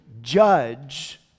judge